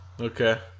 Okay